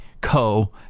Co